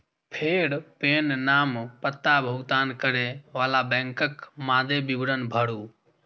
फेर पेन, नाम, पता, भुगतान करै बला बैंकक मादे विवरण भरू